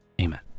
Amen